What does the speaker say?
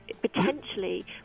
potentially